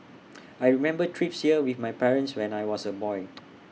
I remember trips here with my parents when I was A boy